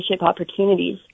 opportunities